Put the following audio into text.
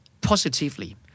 positively